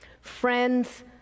Friends